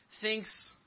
thinks